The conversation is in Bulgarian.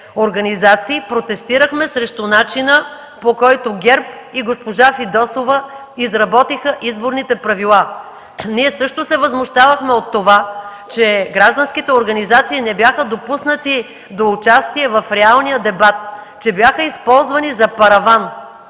организации протестирахме срещу начина, по който ГЕРБ и госпожа Фидосова изработиха изборните правила. Ние също се възмущавахме от това, че гражданските организации не бяха допуснати до участие в реалния дебат, че бяха използвани за параван,